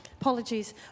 Apologies